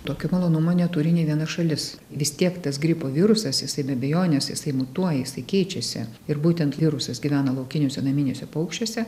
tokio malonumo neturi nei viena šalis vis tiek tas gripo virusas jisai be abejonės jisai mutuoja jisai keičiasi ir būtent virusas gyvena laukiniuose naminiuose paukščiuose